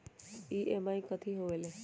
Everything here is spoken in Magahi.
ई.एम.आई कथी होवेले?